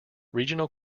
regional